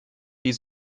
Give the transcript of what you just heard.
die